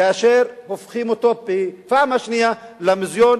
כאשר הופכים אותו בפעם שנייה למוזיאון,